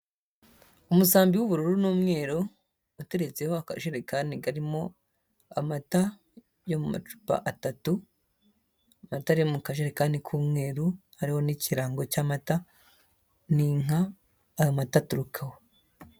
Umusambi w'ubururu n'umweru uteretseho akajerekani karimo amata yo mu macupa atatu, amata ari mu kajerekani k'umweru hariho n'ikirango cy'amata n'inka ayo mata aturukaho.